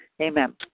Amen